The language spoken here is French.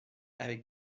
avec